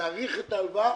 להאריך את ההלוואה,